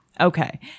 Okay